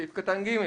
בסעיף קטן (ג),